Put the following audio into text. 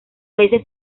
veces